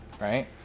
right